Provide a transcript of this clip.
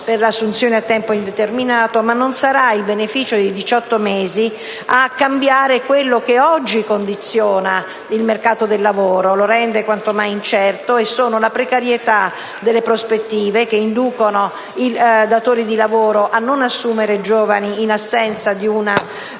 per l'assunzione a tempo indeterminato, ma non sarà il beneficio di diciotto mesi a cambiare ciò che oggi condiziona il mercato del lavoro e lo rende quanto mai incerto: mi riferisco alla precarietà delle prospettive, che induce i datori di lavoro a non assumere giovani in assenza di una